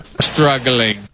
Struggling